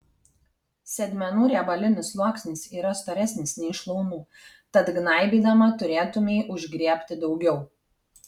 sėdmenų riebalinis sluoksnis yra storesnis nei šlaunų tad gnaibydama turėtumei užgriebti daugiau